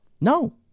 No